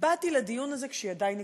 באתי לדיון הזה כשידי נקיות.